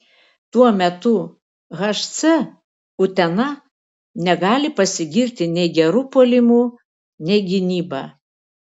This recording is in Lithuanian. tuo metu hc utena negali pasigirti nei geru puolimu nei gynyba